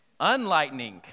Unlightening